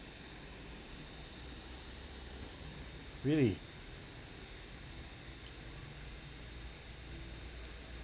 really